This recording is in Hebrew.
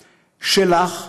שלךְ,